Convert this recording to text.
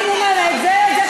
נו באמת, תראי, מה זה "נו באמת"?